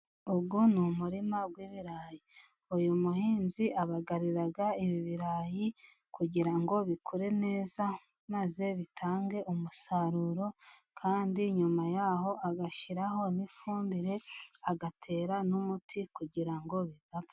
Uyu ni umurima w' ibirayi. Uyu muhinzi abagarira ibi ibirayi kugira ngo bikure neza maze bitange umusaruro, kandi nyuma yaho agashyiraho n'ifumbire agatera n'umuti kugira ngo bidapfa.